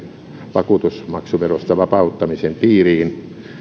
vakuutusmaksuverosta vapauttamisen piiriin